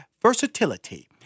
versatility